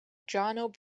across